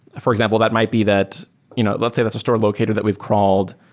for example, that might be that you know let's say that's a store locator that we've crawled,